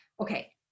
Okay